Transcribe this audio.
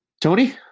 tony